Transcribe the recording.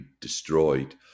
destroyed